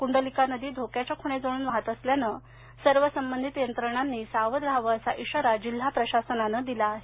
कुंडलिका नदी धोक्याच्या खुणेजवळून वाहत असल्याने सर्व संबंधित यंत्रणांनी सावध राहावे असा इशारा जिल्हा प्रशासनाने दिला आहे